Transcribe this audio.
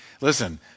Listen